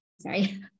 Sorry